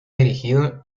dirigido